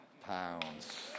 pounds